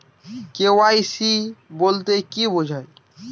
KYC বলতে কি বোঝায়?